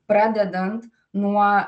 pradedant nuo